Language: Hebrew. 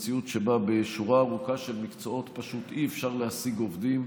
במציאות שבה בשורה ארוכה של מקצועות פשוט אי-אפשר להשיג עובדים.